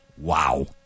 Wow